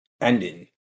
ending